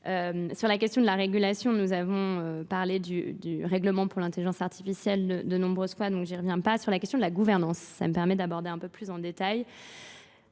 Sur la question de la régulation, nous avons parlé du règlement pour l'intelligence artificielle de nombreuses fois, donc je n'y reviens pas. Sur la question de la gouvernance, ça me permet d'aborder un peu plus en détail.